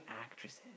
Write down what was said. actresses